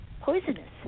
poisonous